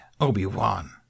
Obi-Wan